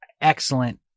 excellent